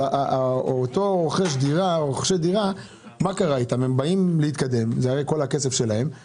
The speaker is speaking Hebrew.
אותו רוכש דירה בא להתקדם, זה הרי כל הכסף שיש לו,